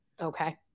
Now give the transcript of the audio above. Okay